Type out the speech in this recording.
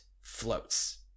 floats